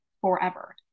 forever